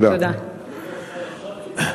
קיבלתי עכשיו,